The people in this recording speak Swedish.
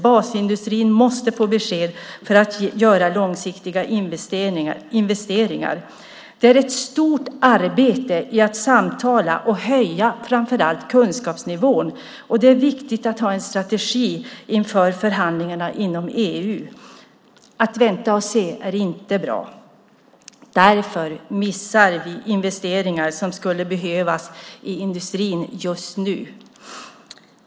Basindustrin måste få besked för att göra långsiktiga investeringar. Det är ett stort arbete i att samtala och höja framför allt kunskapsnivån, och det är viktigt att ha en strategi inför förhandlingarna inom EU. Att vänta och se är inte bra. Därför missar vi investeringar som skulle behövas i industrin just nu.